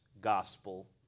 gospel